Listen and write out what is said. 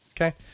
Okay